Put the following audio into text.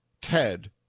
Ted